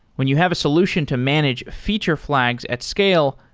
when you have a solution to manage feature flags at scale,